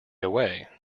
away